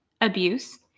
abuse